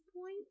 point